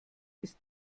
ist